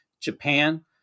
Japan